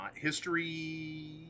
History